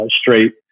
straight